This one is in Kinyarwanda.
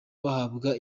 bahabwa